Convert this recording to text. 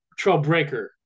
Trailbreaker